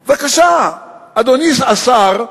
בבקשה, אדוני השר,